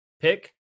pick